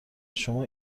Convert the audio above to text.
شما